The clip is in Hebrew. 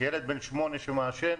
ילד בן שמונה שמעשן,